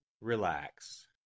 Relax